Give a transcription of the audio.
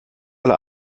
alle